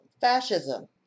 Fascism